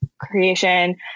creation